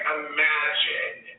imagine